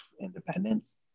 Independence